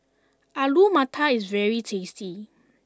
Alu Matar is very tasty